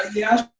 yeah,